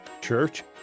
church